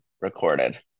recorded